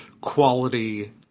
quality